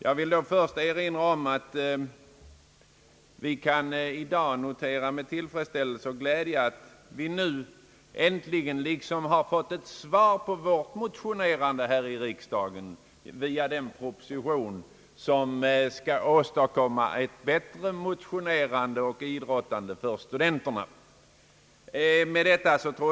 Jag vill då först erinra om att vi i dag med tillfredsställelse och med glädje kan notera, att vi nu äntligen har fått ett svar på våra framstötar här i riksdagen genom den proposi tion som skall åstadkomma ett bättre motionerande och idrottande för studenterna.